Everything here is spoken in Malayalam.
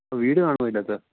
അപ്പം വീട് കാണുമോ അതിൻ്റെ അകത്ത്